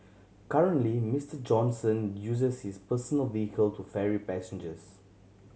currently Mister Johnson uses his personal vehicle to ferry passengers